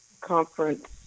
conference